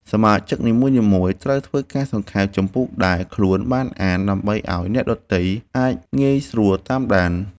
សមាជិកនីមួយៗត្រូវធ្វើការសង្ខេបជំពូកដែលខ្លួនបានអាន ដើម្បីឱ្យអ្នកដទៃអាចងាយស្រួលតាមដាន។